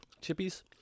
Chippies